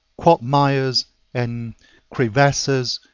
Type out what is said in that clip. quagmires and crevasses,